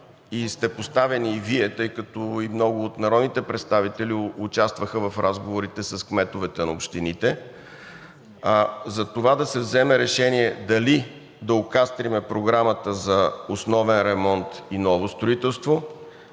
и сте поставени и Вие, тъй като и много от народните представители участваха в разговорите с кметовете на общините, за това да се вземе решение дали да окастрим програмата за основен ремонт и ново строителство,